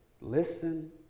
listen